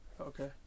okay